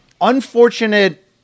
unfortunate